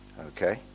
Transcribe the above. Okay